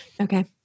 Okay